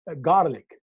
garlic